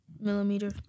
millimeter